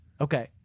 Okay